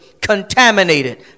contaminated